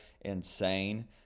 Insane